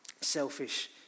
selfish